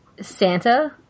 Santa